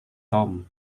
tom